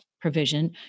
provision